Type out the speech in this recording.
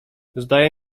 zdaje